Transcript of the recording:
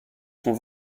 sont